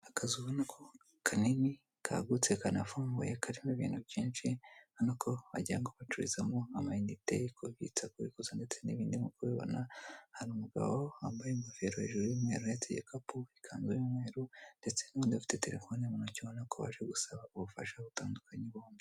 Akazu ubona ko kanini kagutse kanafunguye karimo ibintu byinshi ubona ko wagira ngo bacururizamo amayinite kubitsa, kubukuza ndetse n'ibindi nk'uko ubibona hari umugabo wambaye ingofero hejuru y'umweru uhetse igikapu ikanzu y'umweru ndetse n'undi afite terefone mu ntoki ubona ko baje gusaba ubufasha butandukanye bombi.